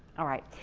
all right.